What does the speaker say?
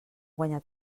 guanyat